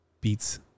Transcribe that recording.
beats